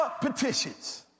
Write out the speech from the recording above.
petitions